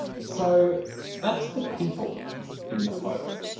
so that's the people in the photo.